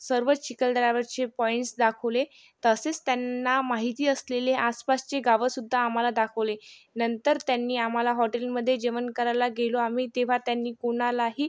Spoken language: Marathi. सर्व चिखलदऱ्यावरचे पॉइंट्स दाखवले तसेच त्यांना माहिती असलेले आसपासची गावंसुद्धा आम्हाला दाखवले नंतर त्यांनी आम्हाला हॉटेलमध्ये जेवण करायला गेलो आम्ही तेव्हा त्यांनी कोणालाही